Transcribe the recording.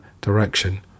direction